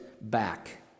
back